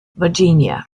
virginia